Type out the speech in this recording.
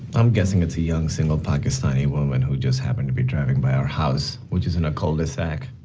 i'm guessing it's a young, single pakistani woman who just happened to be driving by our house, which is in a cul-de-sac.